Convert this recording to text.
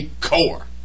core